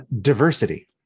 diversity